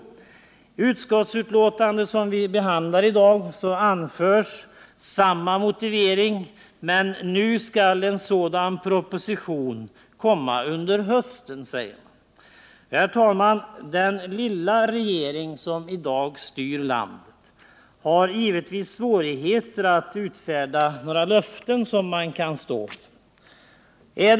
I det utskottsbetänkande som vi behandlar i dag anförs samma motivering, men nu skall en sådan proposition komma under hösten, säger man. Herr talman! Den lilla regering som i dag styr landet har givetvis svårigheter att utfärda några löften som den kan stå för.